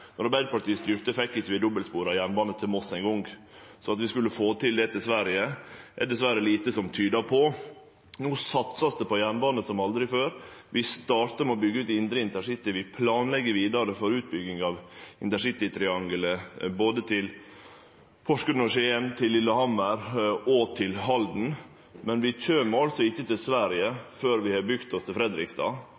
Arbeidarpartiet styrte, fekk vi ikkje dobbeltspora jernbane til Moss eingong, så at vi skulle få til det til Sverige, er det dessverre lite som tyder på. No vert det satsa på jernbanen som aldri før. Vi startar med å byggje ut det indre InterCity-området, og vi planlegg vidare for å byggje ut InterCity-triangelet – både til Porsgrunn og til Skien, til Lillehammer og til Halden. Men vi kjem altså ikkje til Sverige